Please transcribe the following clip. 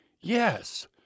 Yes